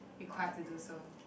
required to do so